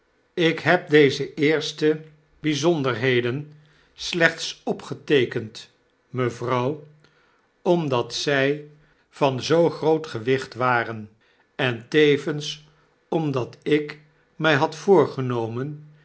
ik heb deze eerste bgzonderheden slechts opgeteekend mevrouw omdat zg van zoo groot gewicht waren en tevens omdat ik mij nad voorgenomen